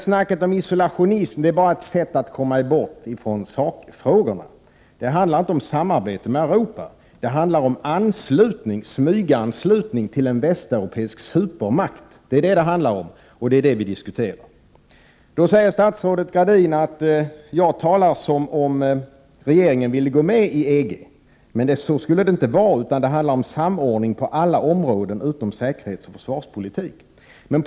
Talet om isolationism är bara ett sätt att komma bort från sakfrågorna. Det handlar inte om samarbete med Europa utan om smyganslutning till en västeuropeisk supermakt. Det är detta som det handlar om, och det är det som vi diskuterar. Statsrådet Gradin sade att jag talade som om regeringen ville att Sverige skall gå med i EG, och så skulle inte vara fallet. Det handlar i stället om samordning på alla områden utom säkerhetsoch försvarspolitik, sade hon.